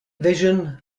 vision